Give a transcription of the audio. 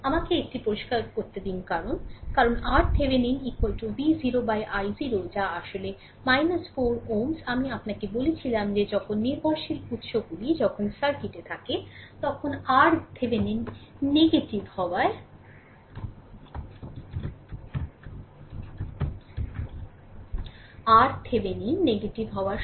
কারণ আমাকে এটিকে পরিষ্কার করতে দিন কারণ RThevenin V0 i0 যা আসলে 4 Ω আমি আপনাকে বলেছিলাম যে যখন নির্ভরশীল উত্সগুলি যখন সার্কিটে থাকে তখন RThevenin নেতিবাচক হওয়ার সম্ভাবনা থাকে